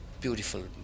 beautiful